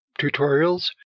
tutorials